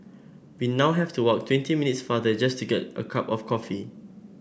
we now have to walk twenty minutes farther just to get a cup of coffee